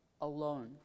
alone